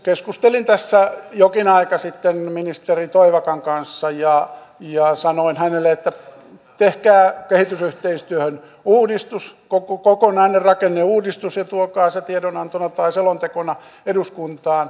keskustelin jokin aika sitten ministeri toivakan kanssa ja sanoin hänelle että tehkää kehitysyhteistyöhön uudistus kokonainen rakenneuudistus ja tuokaa se tiedonantona tai selontekona eduskuntaan